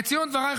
לסיום דבריי,